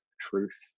truth